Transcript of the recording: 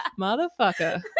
Motherfucker